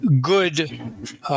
good –